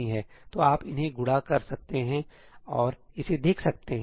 तो आप इन्हें गुणा कर सकते हैं और इसे देख सकते हैं